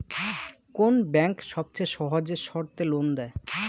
কোন ব্যাংক সবচেয়ে সহজ শর্তে লোন দেয়?